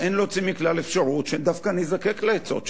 אין להוציא מכלל אפשרות שדווקא נזדקק לעצות שלכם.